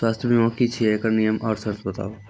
स्वास्थ्य बीमा की छियै? एकरऽ नियम आर सर्त बताऊ?